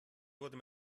wurde